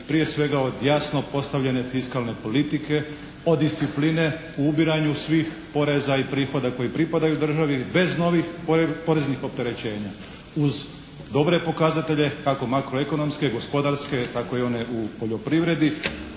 Prije svega od jasno postavljene fiskalne politike, od discipline o ubiranju svih poreza i prihoda koji pridaju državi bez novih poreznih opterećenja, uz dobre pokazatelje kako makroekonomske, gospodarske, tako i one u poljoprivredi.